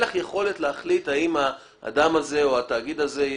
לך יכולת להחליט אם האדם הזה או התאגיד הזה,